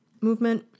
movement